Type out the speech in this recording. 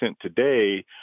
today